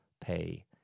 Pay